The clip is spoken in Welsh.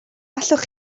allwch